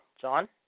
John